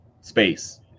space